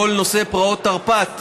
בכל נושא פרעות תרפ"ט,